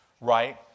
right